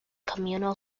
communal